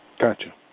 Gotcha